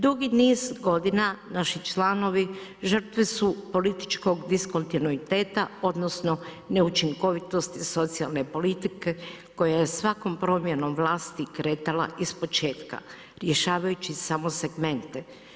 Dugi niz godina naši članovi žrtve su političkog diskontinuiteta odnosno neučinkovitosti socijalne politike koja je svakom promjenom vlasti kretala ispočetka rješavajući samo segmente.